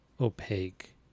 opaque